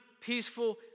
peaceful